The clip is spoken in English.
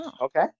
okay